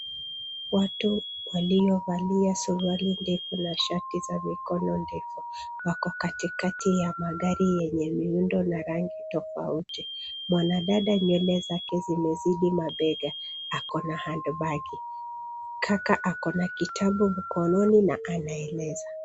Watu waliovalia suruali ndefu na shati za mikono ndefu wako katikati ya magari yenye miundo na rangi tofauti. Mwanadada nywele zake zimezidi mabega ako na handibagi. Kaka ana kitabu mkononi na anaeleza.